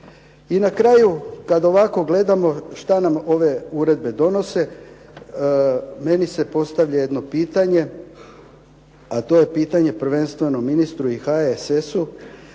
I na kraju, kad ovako gledamo šta nam ove uredbe donose meni se postavlja jedno pitanje, a to je pitanje prvenstveno ministru i HSS-u